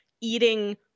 eating